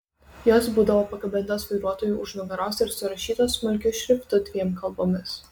jos būdavo pakabintos vairuotojui už nugaros ir surašytos smulkiu šriftu dviem kalbomis